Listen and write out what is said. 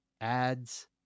ads